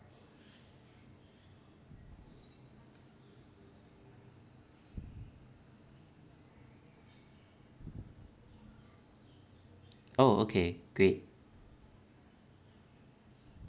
oh okay great